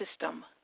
system